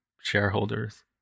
shareholders